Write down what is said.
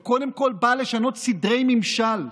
וקודם כול באה לשנות סדרי ממשל.